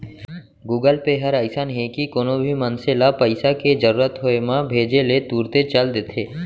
Google pay हर अइसन हे कि कोनो भी मनसे ल पइसा के जरूरत होय म भेजे ले तुरते चल देथे